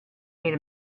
made